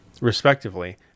respectively